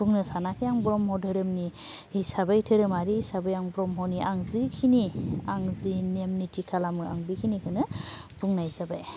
बुंनो सानाखै आं ब्रह्म धोरोमनि हिसाबै धोरोमारि हिसाबै आं ब्रह्मनि आं जिखिनि आं जि नेम निथि खालामो आं बेखिनिखौनो बुंनाय जाबाय